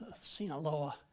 Sinaloa